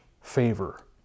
favor